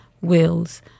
wills